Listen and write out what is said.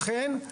לכן,